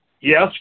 yes